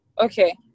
Okay